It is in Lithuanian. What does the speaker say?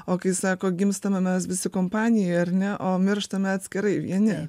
o kai sako gimstame mes visi kompanijoj ar ne o mirštame atskirai vieni